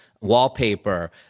wallpaper